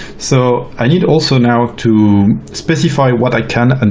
so i need also now to specify what i can and